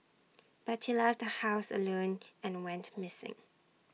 but he left the house alone and went missing